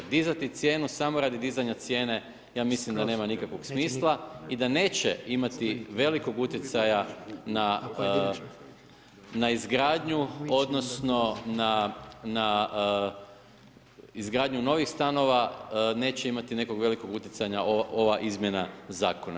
Dizati cijenu samo radi dizanja cijene, ja mislim da nema nikakvog smisla i da neće imati velikog utjecaja na izgradnju odnosno na izgradnju novih stanova neće imati nekog velikog utjecaja ova izmjena zakona.